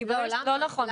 לא נכון,